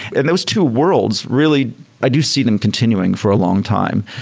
and those two worlds really i do see them continuing for a longtime.